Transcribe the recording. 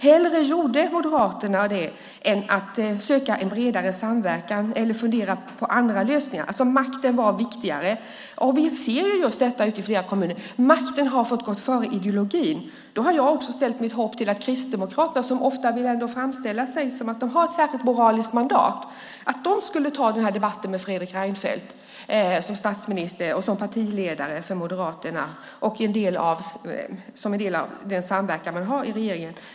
Hellre gjorde Moderaterna det än sökte en bredare samverkan eller funderade på andra lösningar. Makten var alltså viktigare. Vi ser detta i flera kommuner. Makten har fått gå före ideologin. Då har jag ställt mitt hopp till att Kristdemokraterna, som ofta vill framställa sig som att de har ett särskilt moraliskt mandat, skulle ta debatten med Fredrik Reinfeldt som statsminister och partiledare för Moderaterna, som en del av den samverkan man har i regeringen.